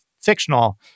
fictional